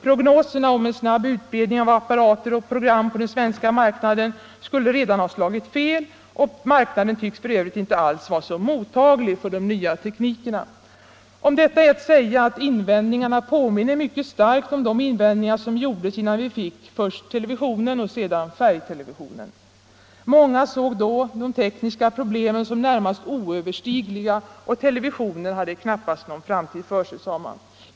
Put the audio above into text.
Prognoserna om en snabb utbredning av apparater och program på den svenska marknaden skulle redan ha slagit fel, och marknaden tycks f.ö. inte alls vara så mottaglig för de nya teknikerna. Om detta är att säga att invändningarna påminner mycket starkt om de invändningar som gjordes innan vi fick först televisionen och sedan färgtelevisionen. Många såg då de tekniska problemen som närmast oöverstigliga, och televisionen hade knappast någon framtid för sig, sade man.